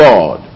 God